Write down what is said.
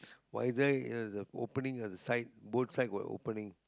visor it has a opening at the side both side got opening